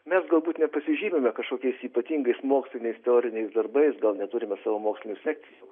mes galbūt nepasižymime kažkokiais ypatingais moksliniais teoriniais darbais gal neturime savo mokslinių sekcijų